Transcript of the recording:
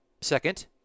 Second